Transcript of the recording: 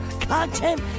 content